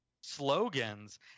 slogans